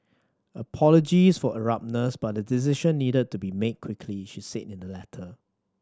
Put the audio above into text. apologies for abruptness but a decision needed to be made quickly she said in the letter